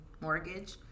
mortgage